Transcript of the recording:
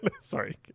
Sorry